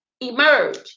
emerge